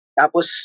tapos